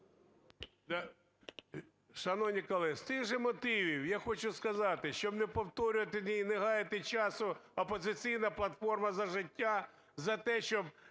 Шановні колеги, з тих же мотивів я хочу сказати, щоб не повторювати і не гаяти часу. "Опозиційна платформа – За життя" за те, щоб